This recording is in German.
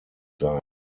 sein